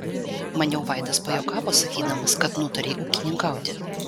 maniau vaidas pajuokavo sakydamas kad nutarei ūkininkauti